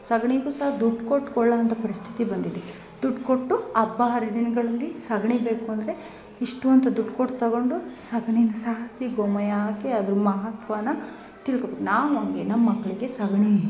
ಸಗಣೀಗೂ ಸಹ ದುಡ್ಡು ಕೊಟ್ಟು ಕೊಳ್ಳೊಅಂಥ ಪರಿಸ್ಥಿತಿ ಬಂದಿದೆ ದುಡ್ಡು ಕೊಟ್ಟು ಹಬ್ಬ ಹರಿದಿನ್ಗಳಲ್ಲಿ ಸಗಣಿಬೇಕು ಅಂದರೆ ಇಷ್ಟು ಅಂತ ದುಡ್ಡು ಕೊಟ್ಟು ತಗೊಂಡು ಸಗಣೀನ ಸಾರಿಸಿ ಗೋಮಯ ಹಾಕಿ ಅದ್ರ ಮಹತ್ವಾನ ತಿಳ್ಕೊಬೇಕು ನಾವು ಹಂಗೇ ನಮ್ಮ ಮಕ್ಳಿಗೆ ಸಗಣಿ